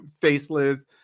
Faceless